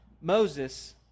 Moses